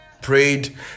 prayed